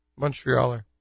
Montrealer